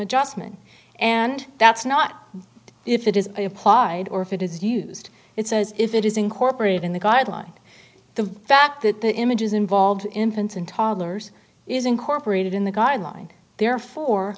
adjustment and that's not if it is applied or if it is used it says if it is incorporated in the guidelines the fact that the images involved infants and toddlers is incorporated in the guideline therefore